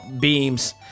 beams